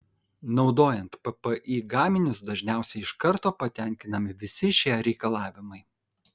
naudojant ppi gaminius dažniausiai iš karto patenkinami visi šie reikalavimai